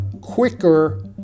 quicker